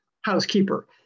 housekeeper